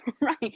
right